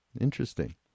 Interesting